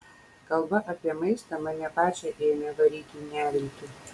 kalba apie maistą mane pačią ėmė varyti į neviltį